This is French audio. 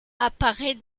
apparaît